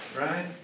right